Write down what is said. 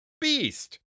Beast